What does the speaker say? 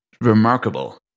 remarkable